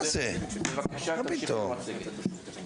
בבקשה, תמשיכי את המצגת.